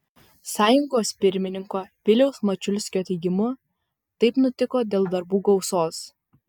sąjungos pirmininko viliaus mačiulskio teigimu taip nutiko dėl darbų gausos